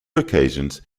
occasions